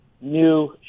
new